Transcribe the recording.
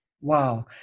Wow